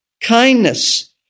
Kindness